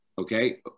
Okay